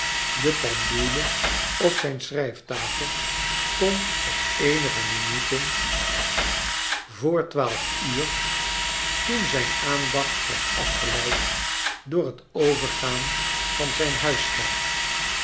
de pendule op zijn schrijfta fel stond op eenige minuten vo r twaalc uur toen zijn aandacht werd afgeleid door het overgaan van zijn